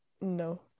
No